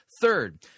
Third